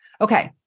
Okay